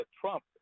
Trump